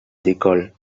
d’école